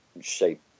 shape